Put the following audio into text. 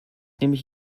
nämlich